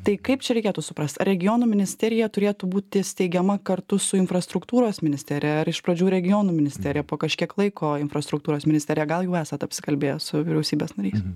tai kaip čia reikėtų suprast ar regionų ministerija turėtų būti steigiama kartu su infrastruktūros ministerija ar iš pradžių regionų ministerija po kažkiek laiko infrastruktūros ministerija gal jau esat apsikalbėję su vyriausybės nariais